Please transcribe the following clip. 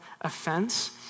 offense